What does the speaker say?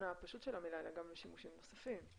הפשוט של המילה אלא גם לשימושים נוספים.